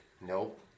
Nope